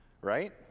Right